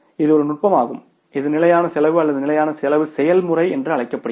இது ஒரு நுட்பமாகும் இது நிலையான செலவு அல்லது நிலையான செலவு செயல்முறை என்று அழைக்கப்படுகிறது